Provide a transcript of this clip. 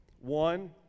One